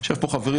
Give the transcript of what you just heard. יושב פה חברי,